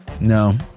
No